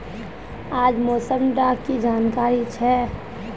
आज मौसम डा की जानकारी छै?